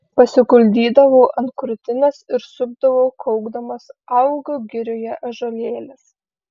pasiguldydavau ant krūtinės ir supdavau kaukdamas augo girioje ąžuolėlis